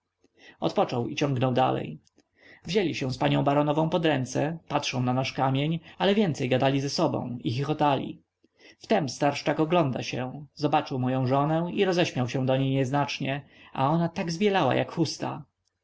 odpoczął i ciągnął dalej wzięli się z panią baronową pod ręce patrzyli na nasz kamień ale więcej gadali ze sobą i chichotali wtem starszczak ogląda się zobaczył moję żonę i roześmiał się do niej nieznacznie a ona tak zbielała jak chusta